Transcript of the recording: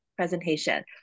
presentation